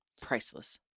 Priceless